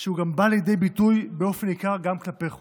שבא לידי ביטוי באופן ניכר גם כלפי חוץ.